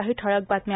काही ठळक बातम्या